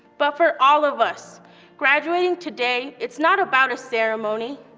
but for all of us graduating today it's not about a ceremony,